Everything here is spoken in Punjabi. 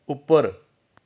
ਉੱਪਰ